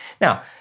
Now